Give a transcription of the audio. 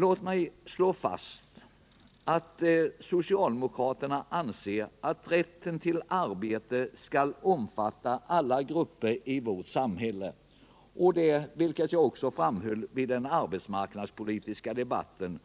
Låt mig slå fast att socialdemokraterna anser att rätten till arbete skall omfatta alla grupper i vårt samhälle, vilket jag också framhöll i den arbetsmarknadspolitiska debatten.